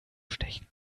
stechen